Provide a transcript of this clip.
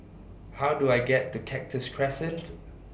How Do I get to Cactus Crescent